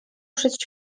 przed